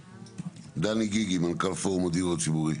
דני גיגי, מנכ"ל פורום הדיור הציבורי.